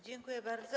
Dziękuję bardzo.